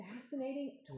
fascinating